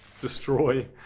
destroy